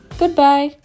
goodbye